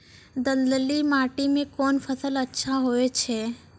दलदली माटी म कोन फसल अच्छा होय छै?